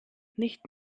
nicht